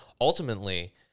ultimately